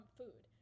food